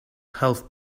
health